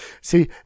See